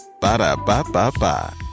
Ba-da-ba-ba-ba